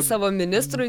savo ministrui